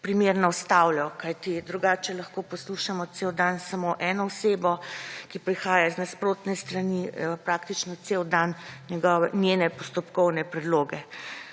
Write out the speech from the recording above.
primerno ustavljal. Kajti drugače lahko poslušamo cel dan samo eno osebo, ki prihaja z nasprotne strani, praktično cel dan njene postopkovne predloge.